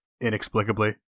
inexplicably